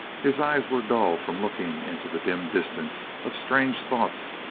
his eyes were dull from looking into the dim distance of strange thoughts,